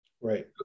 right